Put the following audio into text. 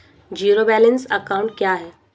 Zero balance account क्या है?